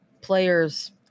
players